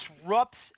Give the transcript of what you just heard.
disrupts